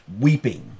weeping